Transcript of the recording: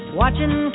watching